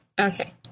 Okay